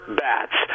bats